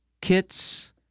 kits